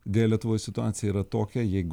deja lietuvoj situacija yra tokia jeigu